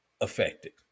affected